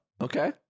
Okay